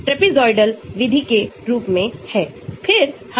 तो आपके पास हाइड्रोलिसिस हो सकता है जैसे aliphatic